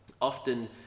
often